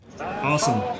Awesome